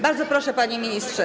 Bardzo proszę, panie ministrze.